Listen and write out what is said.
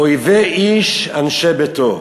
"אויבי איש אנשי ביתו"